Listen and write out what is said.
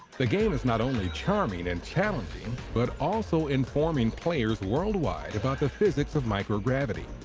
the game is not only charming and challenging, but also informing players worldwide about the physics of microgravity.